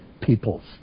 peoples